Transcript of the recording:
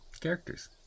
characters